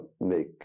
make